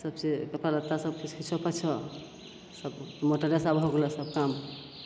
सबचीज कपड़ा लत्ता सब खिचऽ पोछऽ सब मोटरेसे आब हो गेलै सब काम